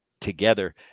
together